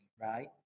right